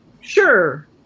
sure